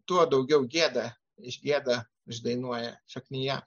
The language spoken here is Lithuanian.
tuo daugiau gieda išgieda išdainuoja šaknyje